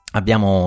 abbiamo